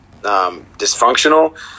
dysfunctional